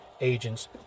agents